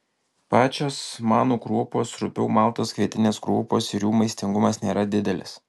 pačios manų kruopos rupiau maltos kvietinės kruopos ir jų maistingumas nėra didelis